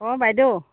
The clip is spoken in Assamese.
অ' বাইদেউ